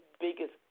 biggest